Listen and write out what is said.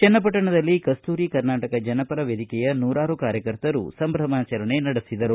ಚನ್ನಪಟ್ಟಣದಲ್ಲಿ ಕಸ್ತೂರಿ ಕರ್ನಾಟಕ ಜನಪರ ವೇದಿಕೆ ನೂರಾರು ಕಾರ್ಯಕರ್ತರು ಸಂಭ್ರಮಾಚರಣೆ ನಡೆಸಿದರು